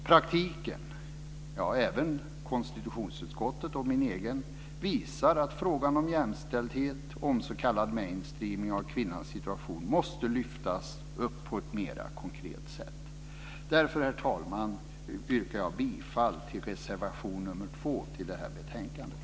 Praktiken - även konstitutionsutskottets och min egen - visar att frågan om jämställdhet och om s.k. mainstreaming av kvinnans situation måste lyftas upp på ett mer konkret sätt. Därför, herr talman, yrkar jag bifall till reservation nr 2 till betänkandet.